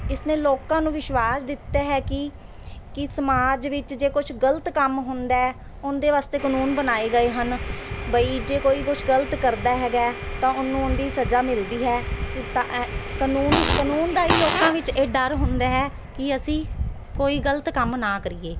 ਇਸ ਨੇ ਲੋਕਾਂ ਨੂੰ ਵਿਸ਼ਵਾਸ ਦਿੱਤਾ ਹੈ ਕਿ ਕਿ ਸਮਾਜ ਵਿੱਚ ਜੇ ਕੁਛ ਗਲਤ ਕੰਮ ਹੁੰਦਾ ਉਹਦੇ ਵਾਸਤੇ ਕਾਨੂੰਨ ਬਣਾਏ ਗਏ ਹਨ ਬਈ ਜੇ ਕੋਈ ਕੁਝ ਗਲਤ ਕਰਦਾ ਹੈਗਾ ਤਾਂ ਉਹਨੂੰ ਉਹਦੀ ਸਜ਼ਾ ਮਿਲਦੀ ਹੈ ਤਾਂ ਐ ਕਾਨੂੰਨ ਕਾਨੂੰਨ ਦਾ ਹੀ ਲੋਕਾਂ ਵਿੱਚ ਇਹ ਡਰ ਹੁੰਦਾ ਹੈ ਕਿ ਅਸੀਂ ਕੋਈ ਗਲਤ ਕੰਮ ਨਾ ਕਰੀਏ